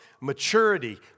maturity